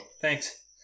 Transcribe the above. Thanks